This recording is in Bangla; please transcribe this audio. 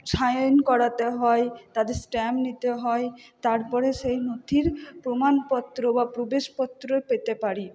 সাইন করাতে হয় তাদের স্ট্যাম্প নিতে হয় তারপরে সেই নথির প্রমাণপত্র বা প্রবেশপত্র পেতে পারি